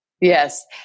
Yes